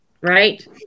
right